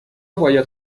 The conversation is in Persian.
باید